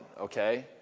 okay